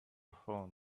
phone